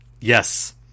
Yes